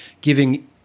giving